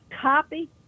copy